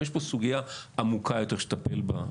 יש פה סוגיה עמוקה יותר שצריך לטפל בה,